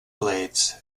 blades